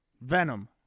Venom